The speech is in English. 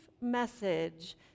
message